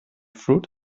fruit